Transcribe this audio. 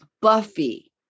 Buffy